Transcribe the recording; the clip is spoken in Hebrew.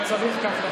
צריך כך,